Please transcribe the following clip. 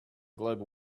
global